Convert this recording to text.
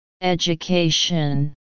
Education